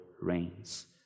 reigns